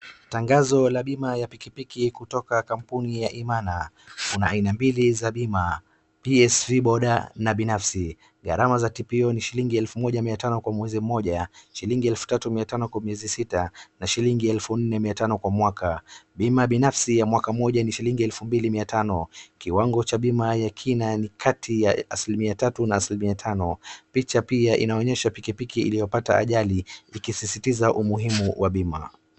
Tangazo la bima ya pikipiki kutoka kampuni ya Imana, kuna aina mbili za bima, Psv boda na binafsi gharama za tpo ni shillingi elfu moja mia tano ka mwezi mmoja ,shillingi elfu sita mia tano kwa miezi sita na shillingi elfu moja mia tano kwa mwaka Bima binafsi ya mwaka moja ni elfu mbili mia tano kiwango cha bima ya kina ni kati ya asilimia tatu na asilimia mia tano .Picha pia inaonyesha pikipiki iliyopata ikisisitiza umuhimu wa bima.